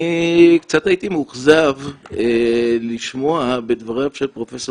אני קצת הייתי מאוכזב לשמוע בדבריו של פרופ'